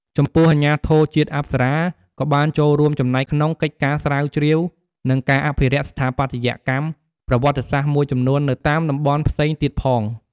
ចំពោះអាជ្ញាធរជាតិអប្សរា ក៏បានចូលរួមចំណែកក្នុងកិច្ចការស្រាវជ្រាវ និងការអភិរក្សស្ថាបត្យកម្មប្រវត្តិសាស្ត្រមួយចំនួននៅតាមតំបន់ផ្សេងទៀតផងដែរ។